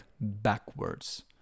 backwards